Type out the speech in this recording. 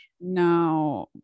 No